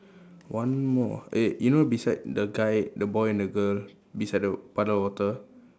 one more ah eh you know beside the guy the boy and the girl beside the puddle of water